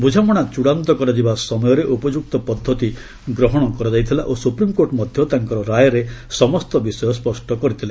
ବୁଝାମଣା ଚୂଡାନ୍ତ କରାଯିବା ସମୟରେ ଉପଯୁକ୍ତ ପଦ୍ଧତି ଗ୍ରହଣ କରାଯାଇଥିଲା ଓ ସୁପ୍ରିମକୋର୍ଟ ମଧ୍ୟ ତାଙ୍କର ରାୟରେ ସମସ୍ତ ବିଷୟ ସ୍ୱଷ୍ଟ କରିଥିଲେ